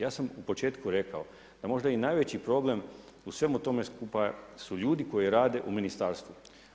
Ja sam u početku rekao da možda i najveći problem u svemu tome skupa su ljudi koji rade u ministarstvu.